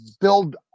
build